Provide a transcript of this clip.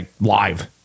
live